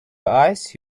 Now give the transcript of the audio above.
ice